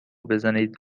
بزنید